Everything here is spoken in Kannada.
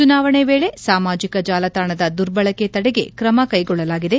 ಚುನಾವಣೆ ವೇಳೆ ಸಾಮಾಜಿಕ ಜಾಲತಾಣದ ದುರ್ಬಳಕೆ ತಡೆಗೆ ಕ್ರಮ ಕ್ಲೆಗೊಳ್ಳಲಾಗಿದೆ